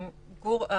גור,